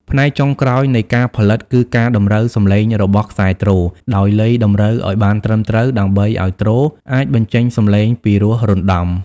ផ្នែកចុងក្រោយនៃការផលិត គឺការតម្រូវសំឡេងរបស់ខ្សែទ្រ ដោយលៃតម្រូវឱ្យបានត្រឹមត្រូវ ដើម្បីឱ្យទ្រអាចបញ្ចេញសំឡេងពីរោះរណ្ដំ។